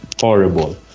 horrible